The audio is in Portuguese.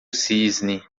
cisne